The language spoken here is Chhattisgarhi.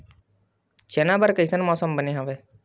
चना बर कइसन मौसम बने हवय?